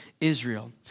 Israel